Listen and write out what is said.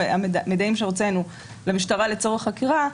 המידעים שהוצאנו למשטרה לצורך חקירה,